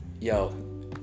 yo